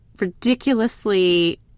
ridiculously